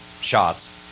shots